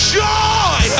joy